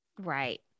Right